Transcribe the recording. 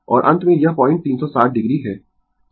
और अंत में यह पॉइंट 360 o है